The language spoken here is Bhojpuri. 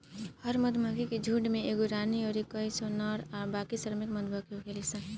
हर मधुमक्खी के झुण्ड में एगो रानी अउर कई सौ नर आ बाकी श्रमिक मधुमक्खी होखेली सन